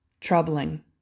Troubling